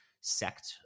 sect